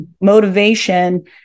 motivation